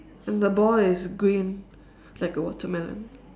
and the ball is green like a watermelon